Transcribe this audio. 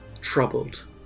troubled